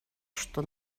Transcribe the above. что